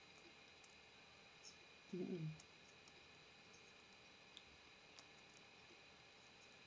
mm mm